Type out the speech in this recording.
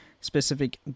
specific